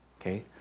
okay